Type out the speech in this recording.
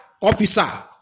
officer